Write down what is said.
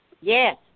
Yes